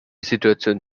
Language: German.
situation